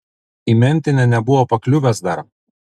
į mentinę nebuvo pakliuvęs dar